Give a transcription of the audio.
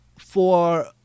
for-